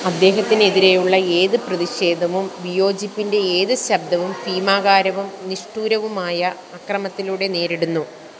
അദ്ദേഹത്തിനെതിരെയുള്ള ഏത് പ്രതിഷേധവും വിയോജിപ്പിൻ്റെ ഏത് ശബ്ദവും ഭീമാകാരവും നിഷ്ഠുരവുമായ അക്രമത്തിലൂടെ നേരിടുന്നു